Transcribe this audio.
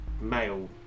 male